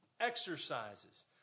exercises